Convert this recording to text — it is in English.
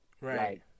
Right